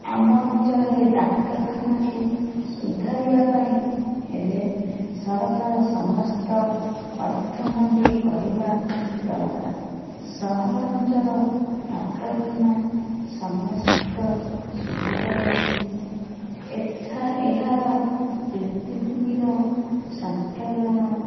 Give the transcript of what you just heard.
ଆମ ଅଞ୍ଚଳରେ ଡାକ୍ତରଖାନାକୁ ସୁଧାରିବା ପାଇଁ ହେଲେ ସରକାର ସମସ୍ତ ଅର୍ଥ ମଞ୍ଜୁର କରିବା ଦରକାର ସହରାଞ୍ଚଳ ଡାକ୍ତରଖାନା ସମସ୍ତ ସୁବିଧା ରହିଛି ଏଠା ଏହାର ଭିତ୍ତି ଭୂମିର ସମ୍ପ୍ରସାରଣ